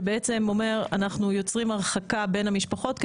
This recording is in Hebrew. שבעצם אומר: אנחנו יוצרים הרחקה בין המשפחות,